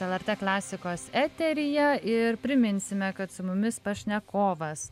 lrt klasikos eteryje ir priminsime kad su mumis pašnekovas